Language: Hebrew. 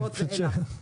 500 ו-1,000.